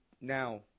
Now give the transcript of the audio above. now